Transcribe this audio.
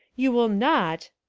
you will not,